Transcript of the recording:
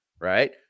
right